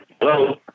Hello